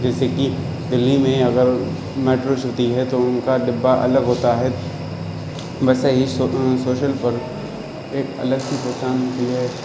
جیسے کہ دلی میں اگر میٹرو چلتی ہے تو ان کا ڈبہ الگ ہوتا ہے ویسے ہی سو سوشل پر ایک الگ سی پہچان بھی ہے